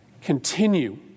continue